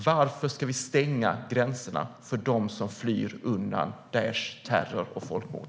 Varför ska vi stänga gränserna för dem som flyr undan Daishs terror och folkmord?